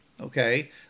okay